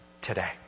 today